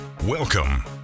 welcome